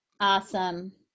awesome